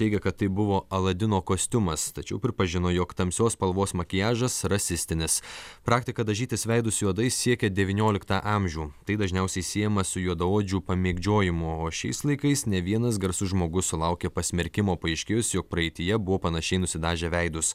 teigia kad tai buvo aladino kostiumas tačiau pripažino jog tamsios spalvos makiažas rasistinis praktika dažytis veidus juodai siekia devynioliktą amžių tai dažniausiai siejama su juodaodžių pamėgdžiojimu o šiais laikais ne vienas garsus žmogus sulaukia pasmerkimo paaiškėjus jog praeityje buvo panašiai nusidažę veidus